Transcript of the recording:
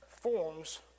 forms